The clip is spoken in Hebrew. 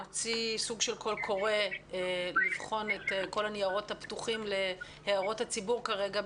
סוג של קול קורא לבחון את כל הניירות הפתוחים להערות הציבור כרגע,